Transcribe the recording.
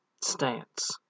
stance